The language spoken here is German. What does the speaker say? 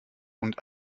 und